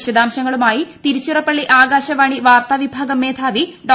വിശദാംശങ്ങളുമായി തിരുച്ചിറപ്പള്ളി ആകാശവാണി വാർത്താ വിഭാഗം മേധാവി ഡോ